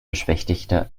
beschwichtigte